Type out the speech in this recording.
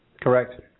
Correct